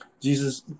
Jesus